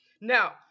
now